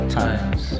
times